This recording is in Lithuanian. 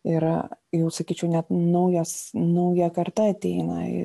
yra jau sakyčiau net naujas nauja karta ateina